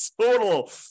total